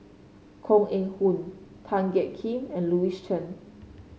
Koh Eng Hoon Tan Jiak Kim and Louis Chen